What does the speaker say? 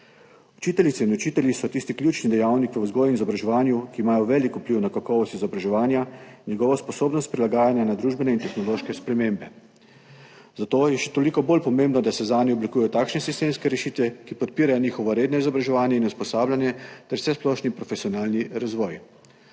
Učiteljice in učitelji so tisti ključni dejavniki v vzgoji in izobraževanju, ki imajo velik vpliv na kakovost izobraževanja, njegovo sposobnost prilagajanja na družbene in tehnološke spremembe, zato je še toliko bolj pomembno, da se zanje oblikujejo takšne sistemske rešitve, ki podpirajo njihovo redno izobraževanje in usposabljanje ter vsesplošni profesionalni razvoj.